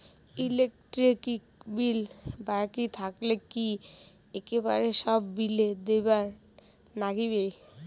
Electric bill বাকি থাকিলে কি একেবারে সব বিলে দিবার নাগিবে?